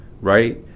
right